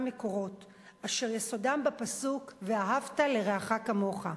מקורות אשר יסודם בפסוק "ואהבת לרעך כמוך".